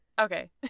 Okay